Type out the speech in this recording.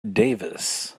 davis